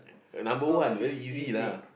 number one very easy lah